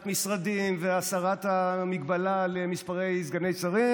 משרדים והסרת ההגבלה על מספר סגני שרים.